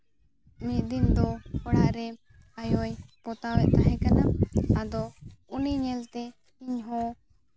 ᱢᱤᱫ ᱫᱤᱱ ᱫᱚ ᱚᱲᱟᱜ ᱨᱮ ᱟᱭᱳᱭ ᱯᱚᱛᱟᱣᱮᱫ ᱛᱟᱦᱮᱸ ᱠᱟᱱᱟ ᱟᱫᱚ ᱩᱱᱤ ᱧᱮᱞᱛᱮ ᱤᱧ ᱦᱚᱸ